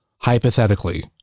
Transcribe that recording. hypothetically